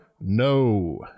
No